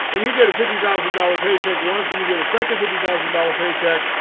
and you get a fifty thousand dollars paycheck once and you get a second fifty thousand dollars paycheck.